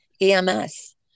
EMS